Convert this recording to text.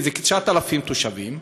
כ-9,000 תושבים,